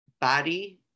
body